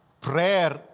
Prayer